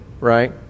right